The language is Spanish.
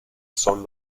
son